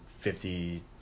fifty